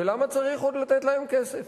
אז למה צריך לתת להן כסף?